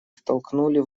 втолкнули